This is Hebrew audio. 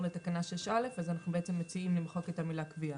לתקנה 6א אז אנחנו מציעים למחוק את המילה "קביעה".